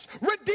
redeem